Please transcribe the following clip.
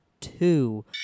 two